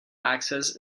access